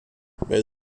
wer